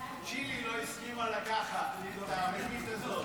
צ'ילה לא הסכימה לקחת את הריבית הזאת.